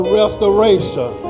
restoration